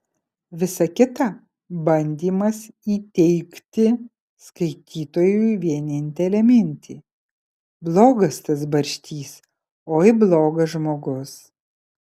visa kita bandymas įteigti skaitytojui vienintelę mintį blogas tas barštys oi blogas žmogus